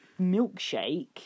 milkshake